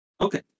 Okay